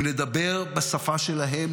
אם נדבר בשפה שלהם,